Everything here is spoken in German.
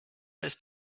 ist